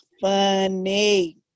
funny